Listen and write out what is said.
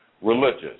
religious